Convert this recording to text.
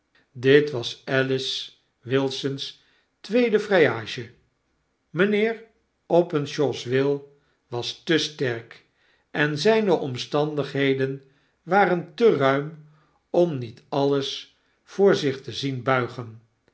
dit was alice wilson's tweede vrijage mynheer openshaw's wil was te sterk en zijne omstandigheden waren te ruim om niet alles voor zich te zien buigen